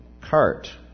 cart